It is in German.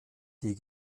die